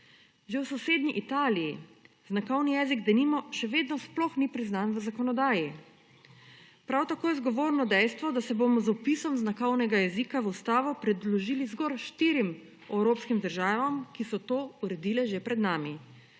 Že v sosednji Italiji znakovni jezik, denimo, še vedno sploh ni priznan v zakonodaji. Prav tako je zgovorno dejstvo, da se bomo z vpisom znakovnega jezika v ustavo pridružili zgolj štirih evropskim državam, ki so to uredile že pred nami,